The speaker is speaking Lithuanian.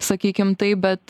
sakykim taip bet